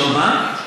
שלא מה?